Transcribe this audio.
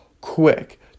quick